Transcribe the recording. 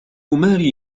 ماري